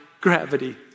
gravity